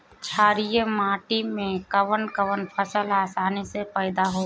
छारिया माटी मे कवन कवन फसल आसानी से पैदा होला?